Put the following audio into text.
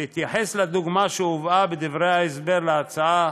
בהתייחס לדוגמה שהובאה בדברי ההסבר להצעה